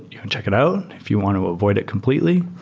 you can check it out. if you want to avoid it completely,